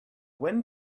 when